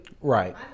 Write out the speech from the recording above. Right